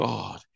God